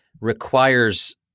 requires